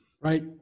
right